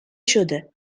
شده